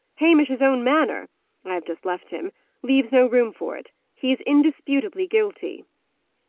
hamish's own manner i have just left him leaves no room for it. he is indisputably guilty.